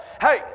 Hey